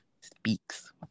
Speaks